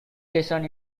station